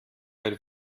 bei